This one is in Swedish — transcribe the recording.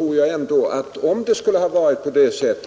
Men om det ändå skulle ha varit på det sätt